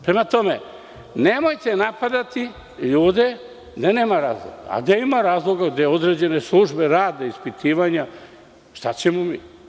Prema tome, nemojte napadati ljude gde nema razloga, a gde ima razloga, gde određene službe rade ispitivanja, šta ćemo mi?